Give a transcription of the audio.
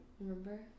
Remember